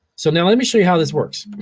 so now, let me show you how this works.